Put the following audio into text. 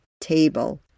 table